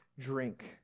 drink